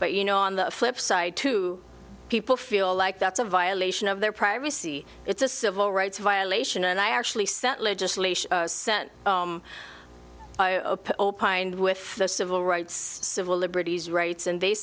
but you know on the flip side too people feel like that's a violation of their privacy it's a civil rights violation and i actually sent legislation sent home i hope opined with the civil rights civil liberties rights and they